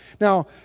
Now